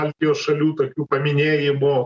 baltijos šalių tokių paminėjimo